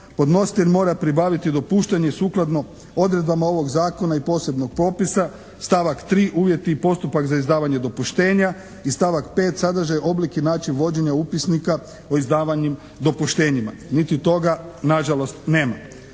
Podnositelj mora pribaviti dopuštanje sukladno odredbama ovog Zakona i posebnog popisa. Stavak 3., uvjeti i postupak za izdavanje dopuštenja, i stavak 5., sadržaj, oblik i način vođenja upisnika o izdavanim dopuštenjima. Niti toga nažalost nema.